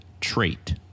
trait